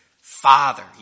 Father